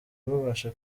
babasha